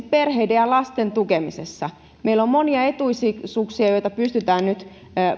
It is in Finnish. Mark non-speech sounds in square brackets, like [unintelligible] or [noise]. [unintelligible] perheiden ja lasten tukemisessa meillä on monia etuisuuksia joita pystytään nyt